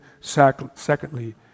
secondly